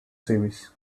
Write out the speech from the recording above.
series